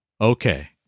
Okay